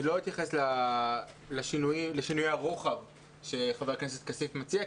אני לא אתייחס לשינויי הרוחב שחבר הכנסת כסיף מציע,